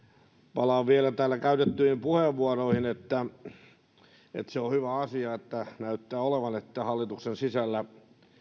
palaan vielä täällä käytettyihin puheenvuoroihin se on hyvä asia että näyttää olevan niin että hallituksen sisällä